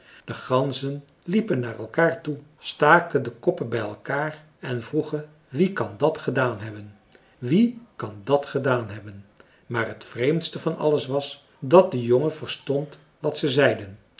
de ganzen liepen naar elkaar toe staken de koppen bij elkaar en vroegen wie kan dat gedaan hebben wie kan dat gedaan hebben maar het vreemdste van alles was dat de jongen verstond wat ze zeiden